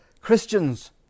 Christians